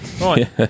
right